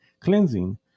cleansing